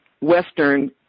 Western